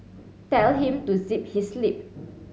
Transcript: tell him to zip his lip